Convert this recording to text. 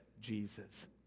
Jesus